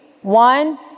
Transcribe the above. One